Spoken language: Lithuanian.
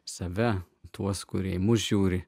save tuos kurie į mus žiūri